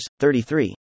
33